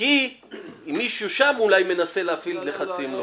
כי מישהו שם אולי מנסה להפעיל לחצים.